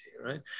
right